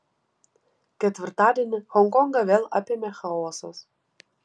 ketvirtadienį honkongą vėl apėmė chaosas